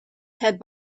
had